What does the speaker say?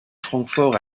francfort